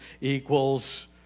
equals